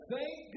Thank